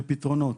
ופתרונות.